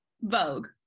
Vogue